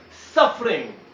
suffering